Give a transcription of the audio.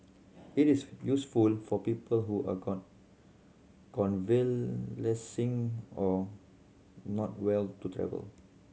it is useful for people who are convalescing or not well to travel